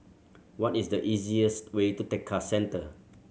what is the easiest way to Tekka Centre